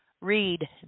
read